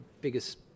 biggest